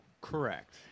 Correct